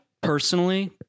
personally